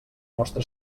nostra